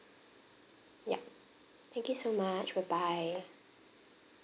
yup thank you so much bye bye